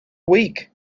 week